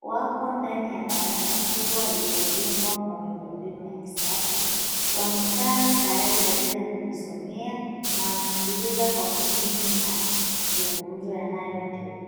wako ndani ya darasa kubwa lililojengewa kwa miundombinu ya kisasa. Wamekaa tayari kwa ajili ya kujisomea na wanasikiliza kwa makini mazungumzo yanayoendelea.